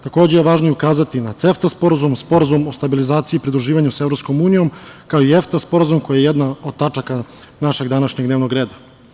Takođe je važno ukazati na CEFTA sporazum, Sporazum o stabilizaciji i pridruživanju sa EU, kao i EFTA sporazum koji je jedna od tačaka našeg današnjeg dnevnog reda.